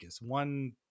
One